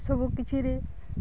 ସବୁକିଛିରେ